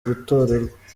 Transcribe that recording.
gutorerwa